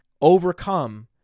overcome